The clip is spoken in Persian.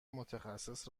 متخصص